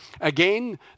Again